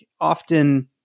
often